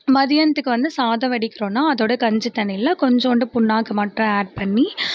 மத்தியானத்துக்கு வந்து சாதம் வடிக்கிறோம்னா அதோடு கஞ்சி தண்ணியில் கொஞ்சோண்டு புண்ணாக்கு மட்டும் ஆட் பண்ணி